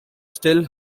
still